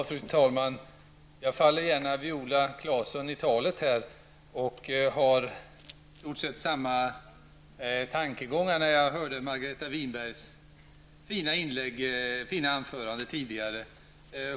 Fru talman! Jag faller gärna Viola Claesson i talet. Jag hade i stort sett samma tankegångar när jag hörde Margareta Winbergs fina anförande tidigare.